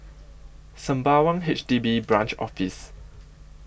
Sembawang H D B Branch Office